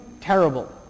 terrible